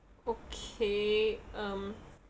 okay um